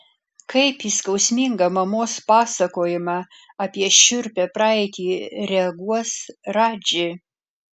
kaip į skausmingą mamos pasakojimą apie šiurpią praeitį reaguos radži